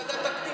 יואב קיש (הליכוד): מקלב,